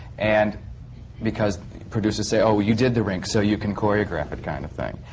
and because producers say, oh, you did the rink so you can choreograph it, kind of thing.